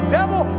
devil